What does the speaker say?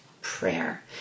prayer